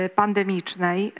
pandemicznej